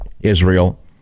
Israel